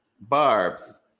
Barb's